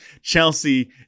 Chelsea